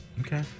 Okay